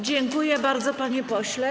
Dziękuję bardzo, panie pośle.